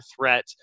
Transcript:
threat